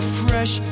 fresh